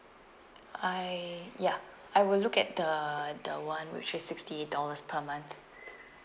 I ya I would look at the the [one] which is sixty eight dollars per month